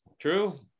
true